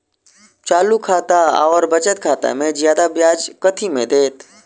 चालू खाता आओर बचत खातामे जियादा ब्याज कथी मे दैत?